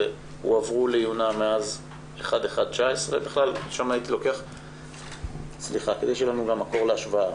הועברו מאז 1 בינואר 2019. יש לנו גם מקור להשוואה,